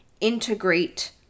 integrate